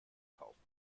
kaufen